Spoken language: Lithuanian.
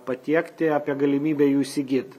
patiekti apie galimybę jų įsigyt